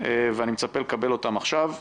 ואני מצפה לקבל אותם עכשיו.